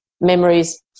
memories